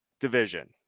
division